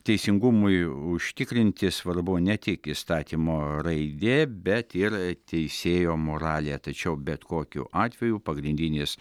teisingumui užtikrinti svarbu ne tik įstatymo raidė bet yra teisėjo moralė tačiau bet kokiu atveju pagrindinis